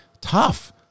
Tough